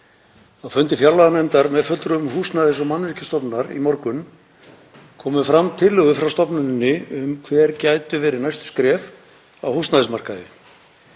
Á fundi fjárlaganefndar með fulltrúum Húsnæðis- og mannvirkjastofnunar í morgun komu fram tillögur frá stofnuninni um hver gætu verið næstu skref á húsnæðismarkaði.